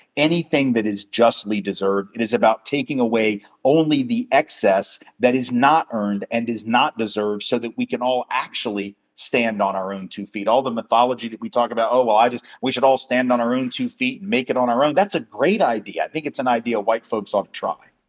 anything that is justly deserved. it is about taking away only the excess that is not earned and is not deserved, so that we can all actually stand on our own two fee. all the mythology that we talk about, oh, well, i just, we should all stand on our own two feet and make it on our own, that's a great idea. i think it's an idea white folks ought to try.